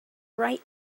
write